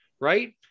Right